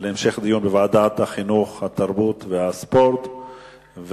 את הנושא לוועדת החינוך, התרבות והספורט נתקבלה.